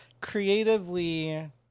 creatively